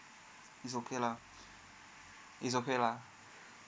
is okay lah it's okay lah